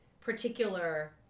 particular